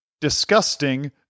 disgusting